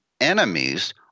enemies